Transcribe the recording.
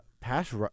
Pass